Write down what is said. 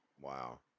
wow